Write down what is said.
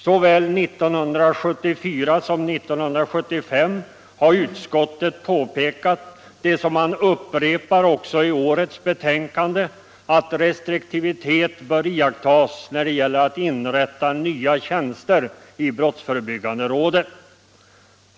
Såväl 1974 som 1975 har utskottet påpekat det man upprepar också i årets betänkande: restriktivitet bör iakttas när det gäller att inrätta nya tjänster i brottsförebyggande rådet.